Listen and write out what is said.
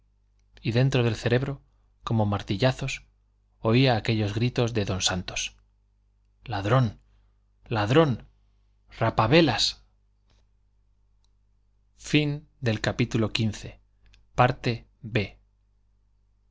y dentro del cerebro como martillazos oía aquellos gritos de don santos ladrón ladrón rapavelas